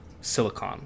silicon